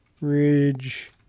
Ridge